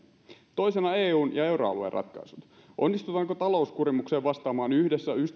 toisena eun ja euroalueen ratkaisut onnistutaanko talouskurimukseen vastaamaan yhdessä